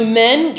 men